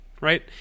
right